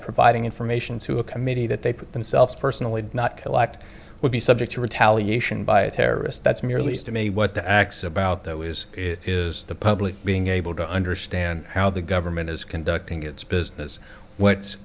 providing information to a committee that they put themselves personally did not collect would be subject to retaliation by a terrorist that's merely is to me what the acts about though is is the public being able to understand how the government is conducting its business wh